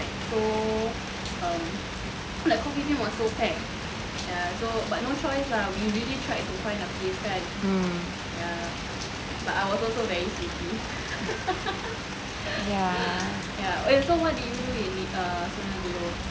ya